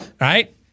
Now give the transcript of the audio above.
right